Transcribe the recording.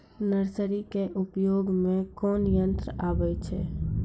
Nursery के उपयोग मे कोन यंत्र आबै छै?